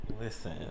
Listen